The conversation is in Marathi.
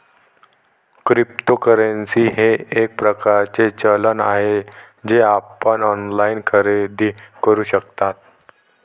क्रिप्टोकरन्सी हे एक प्रकारचे चलन आहे जे आपण ऑनलाइन खरेदी करू शकता